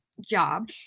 job